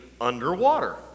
underwater